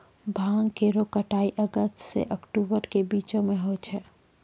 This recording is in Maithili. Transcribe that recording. भांग केरो कटाई अगस्त सें अक्टूबर के बीचो म होय छै